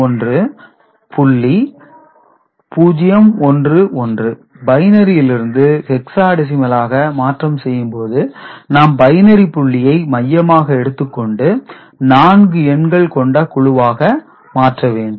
011 பைனரியிலிருந்து ஹெக்சாடெசிமலாக மாற்றம் செய்யும்போது நாம் பைனரி புள்ளியை மையமாக எடுத்துக்கொண்டு நான்கு எண்கள் கொண்ட குழுவாக மாற்ற வேண்டும்